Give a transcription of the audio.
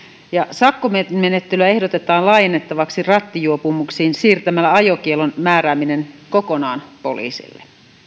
sakkomenettelyä ehdotetaan laajennettavaksi rattijuopumuksiin siirtämällä ajokiellon määrääminen kokonaan poliisille